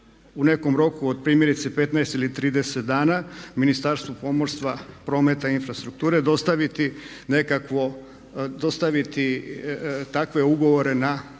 u nekom roku od primjerice 15 ili 30 dana Ministarstvu pomorstva, prometa i infrastrukture dostaviti nekakvo,